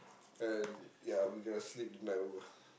and ya we gotta sleep the night over